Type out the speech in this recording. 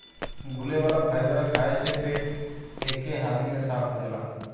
घुले वाला फाइबर खाए से पेट एके हाली में साफ़ हो जाला